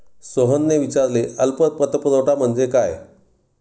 सोहनने विचारले अल्प पतपुरवठा म्हणजे काय?